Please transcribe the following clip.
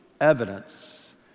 evidence